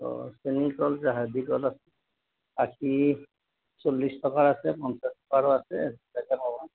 অ' চেনীকল জাহাজী কল আছে আষি চল্লিছ টকাৰ আছে পঞ্চাছ টকাৰো আছে